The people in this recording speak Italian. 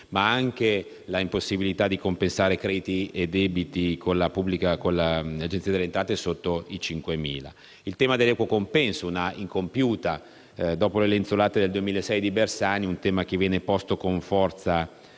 ma anche per l'impossibilità di compensare crediti e debiti con l'Agenzia delle entrate sotto i 5.000 euro; per il tema dell'equo compenso, una misura incompiuta. Dopo le "lenzuolate" del 2006 di Bersani, è un tema che viene posto con forza